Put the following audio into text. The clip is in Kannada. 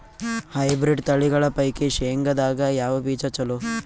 ಹೈಬ್ರಿಡ್ ತಳಿಗಳ ಪೈಕಿ ಶೇಂಗದಾಗ ಯಾವ ಬೀಜ ಚಲೋ?